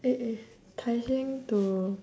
eh eh tai-seng to